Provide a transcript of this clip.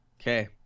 Okay